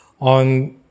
on